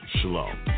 Shalom